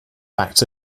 facts